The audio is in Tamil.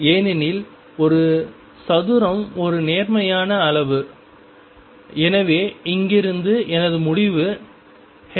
ஏனெனில் ஒரு சதுரம் ஒரு நேர்மறையான அளவு எனவே இங்கிருந்து எனது முடிவு 2xp